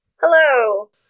hello